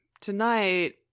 tonight